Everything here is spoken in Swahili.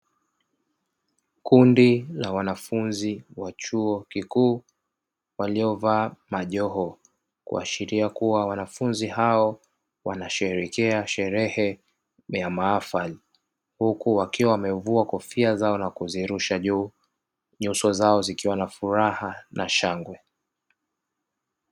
Kundi la wanafunzi wa chuo kikuu waliovaa majoho, kuashiria kuwa wanafunzi hao wanasherekea sherehe ya mahafali, nhuku wakiwa wamevua kofia zao na kuzirusha juu, nyuso zao zikiwa na furaha na shangwe.